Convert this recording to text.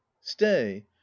stay